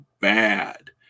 bad